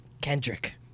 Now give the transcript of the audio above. Kendrick